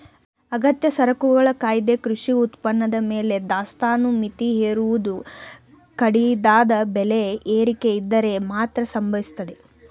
ಅಗತ್ಯ ಸರಕುಗಳ ಕಾಯ್ದೆ ಕೃಷಿ ಉತ್ಪನ್ನದ ಮೇಲೆ ದಾಸ್ತಾನು ಮಿತಿ ಹೇರುವುದು ಕಡಿದಾದ ಬೆಲೆ ಏರಿಕೆಯಿದ್ದರೆ ಮಾತ್ರ ಸಂಭವಿಸ್ತದೆ